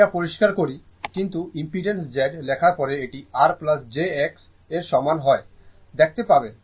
এটা পরিষ্কার করি কিন্তু ইম্পিডেন্স z লেখার পরে এটি r jx এর সমান হয় দেখতে পাবে